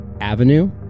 avenue